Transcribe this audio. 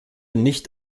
nicht